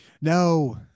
No